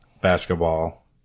basketball